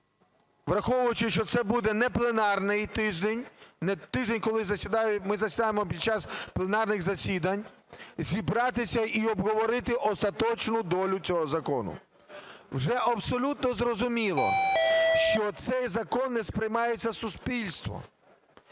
враховуючи, що це буде непленарний тиждень, не тиждень, коли ми засідаємо під час пленарних засідань, зібратися і обговорити остаточну долю цього закону. Вже абсолютно зрозуміло, що цей закон не сприймається суспільством.